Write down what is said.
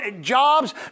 jobs